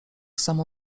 samo